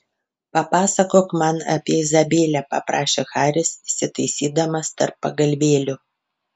papasakok man apie izabelę paprašė haris įsitaisydamas tarp pagalvėlių